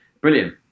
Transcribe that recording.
brilliant